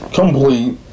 complete